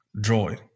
joy